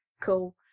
Cool